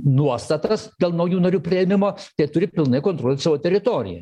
nuostatas dėl naujų narių priėmimo tai turi pilnai kontroliuot savo teritoriją